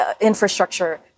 infrastructure